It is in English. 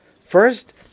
First